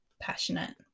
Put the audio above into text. passionate